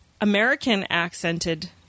American-accented